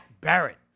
Barrett